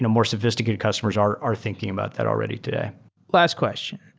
ah more sophisticated customers are are thinking about that already today last question.